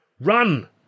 Run